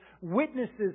Witnesses